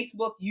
Facebook